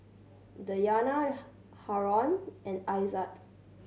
Dayana Haron and Aizat